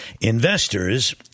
Investors